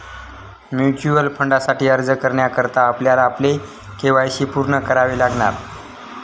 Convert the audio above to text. mutual फंडासाठी अर्ज करण्याकरता आपल्याला आपले के.वाय.सी पूर्ण करावे लागणार